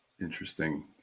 interesting